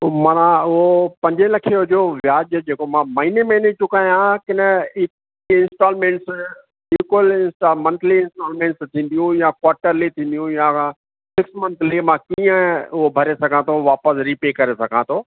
माना उहो पंजे लखे जो व्याजु जेको मां महीने महीने चुकायां की न इन इन्स्टॉलमेंट्स बिल्कुलु मंथली इन्स्टॉलमेंट्स थींदियूं या क्वार्टरली थींदियूं या सिक्स मंथली मां कीअं उहो भरे सघां थो वापसि रीपे करे सघां थो